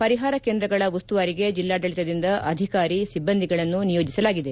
ಪರಿಹಾರ ಕೇಂದ್ರಗಳ ಉಸ್ತುವಾರಿಗೆ ಜಿಲ್ಲಾಡಳಿತದಿಂದ ಅಧಿಕಾರಿ ಸಿಬ್ಬಂದಿಗಳನ್ನು ನಿಯೋಜಿಸಲಾಗಿದೆ